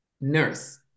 Nurse